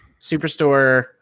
Superstore